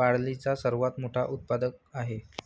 बार्लीचा सर्वात मोठा उत्पादक आहे